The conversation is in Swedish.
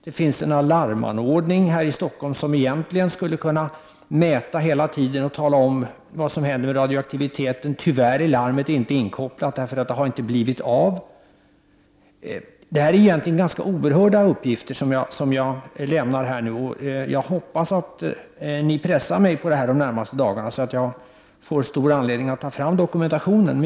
Det finns en alarmanordning som egentligen skall mäta radioaktiviteten, men tyvärr är larmet inte inkopplat för att det inte har blivit av. Det här är egentligen ganska oerhörda uppgifter som jag lämnar, och jag hoppas att ni pressar mig de närmaste dagarna, så att jag får en anledning att ta fram dokumentationen.